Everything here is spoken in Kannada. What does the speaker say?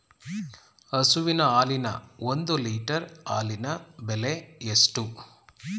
ಹಸುವಿನ ಹಾಲಿನ ಒಂದು ಲೀಟರ್ ಹಾಲಿನ ಬೆಲೆ ಎಷ್ಟು?